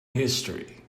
history